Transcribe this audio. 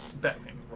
Batman